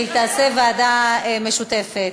והיא תעשה ועדה משותפת.